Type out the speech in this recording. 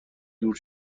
دور